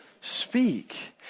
speak